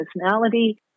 personality